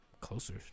closer